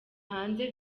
hanze